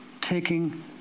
taking